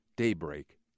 Daybreak